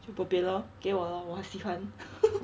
去 popular 给我咯我很喜欢